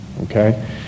okay